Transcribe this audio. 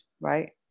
right